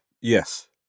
Yes